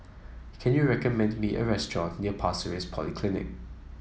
can you recommend me a restaurant near Pasir Ris Polyclinic